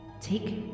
Take